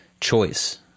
choice